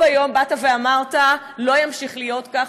בו ביום באת ואמרת: לא ימשיך להיות כך.